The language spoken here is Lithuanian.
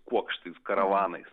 kuokštais karavanais